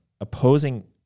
opposing